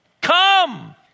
Come